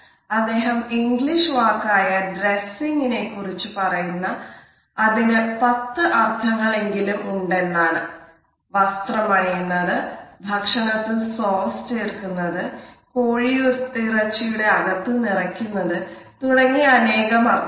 അദ്ദേഹം ഇംഗ്ലീഷ് വാക്കായ ഡ്രെസ്സിങ് നെ കുറിച്ച പറയുന്നത് അതിനു പത്തു അർഥങ്ങൾ എങ്കിലും ഉണ്ടെന്നാണ് വസ്ത്രം അണിയുന്നത് ഭക്ഷണത്തിൽ സോസ് ചേർക്കുന്നത് കോഴിയിറച്ചിയുടെ അകത്തു നിറക്കുന്നത് തുടങ്ങി അനേകം അർഥങ്ങൾ